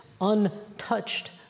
untouched